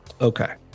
okay